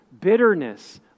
bitterness